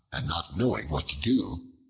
and not knowing what to do,